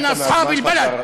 אחנה סחאב אל-בלד.